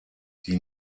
die